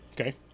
Okay